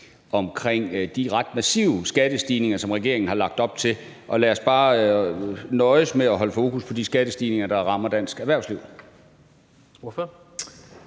til de ret massive skattestigninger, som regeringen har lagt op til, men lad os bare nøjes med at holde fokus på de skattestigninger, der rammer dansk erhvervsliv.